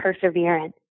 perseverance